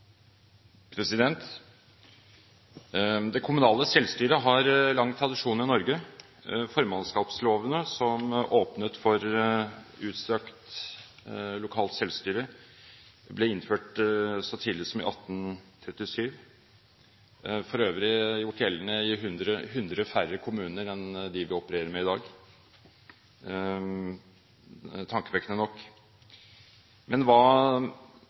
måneden. Det kommunale selvstyret har lang tradisjon i Norge. Formannskapslovene, som åpnet for utstrakt lokalt selvstyre, ble innført så tidlig som i 1837 – for øvrig gjort gjeldende i 100 færre kommuner enn det vi opererer med i dag, tankevekkende nok. Men